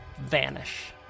vanish